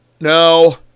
No